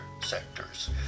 sectors